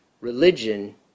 religion